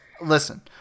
listen